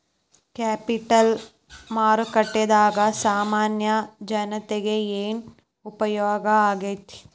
Capital ಮಾರುಕಟ್ಟೇಂದಾ ಸಾಮಾನ್ಯ ಜನ್ರೇಗೆ ಏನ್ ಉಪ್ಯೊಗಾಕ್ಕೇತಿ?